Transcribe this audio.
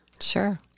Sure